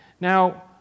Now